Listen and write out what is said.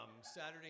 Saturday